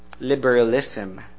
liberalism